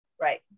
Right